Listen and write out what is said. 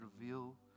reveal